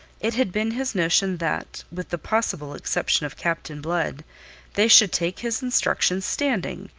it had been his notion that with the possible exception of captain blood they should take his instructions standing,